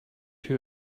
who